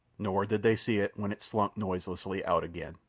nor did they see it when it slunk noiselessly out again.